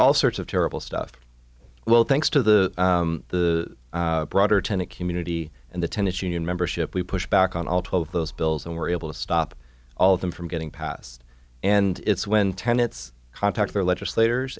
all sorts of terrible stuff well thanks to the the broader tenant community and the tenants union membership we pushed back on all twelve of those bills and were able to stop all of them from getting passed and it's when tenets contact their legislators